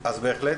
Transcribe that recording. בהחלט.